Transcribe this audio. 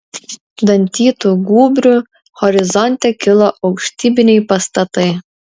dantytu gūbriu horizonte kilo aukštybiniai pastatai